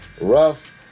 Rough